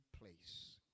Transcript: place